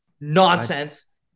nonsense